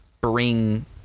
bring